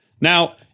Now